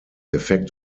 effekt